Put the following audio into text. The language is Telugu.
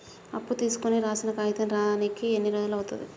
అప్పు తీసుకోనికి రాసిన కాగితం రానీకి ఎన్ని రోజులు అవుతది?